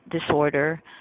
disorder